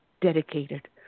dedicated